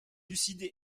lucide